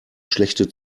schlechte